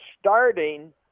starting